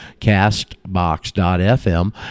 castbox.fm